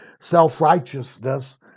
self-righteousness